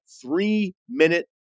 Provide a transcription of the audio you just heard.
three-minute